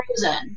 frozen